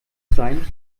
sein